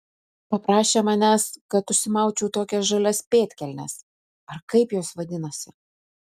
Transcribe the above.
paprašė manęs kad užsimaučiau tokias žalias pėdkelnes ar kaip jos vadinasi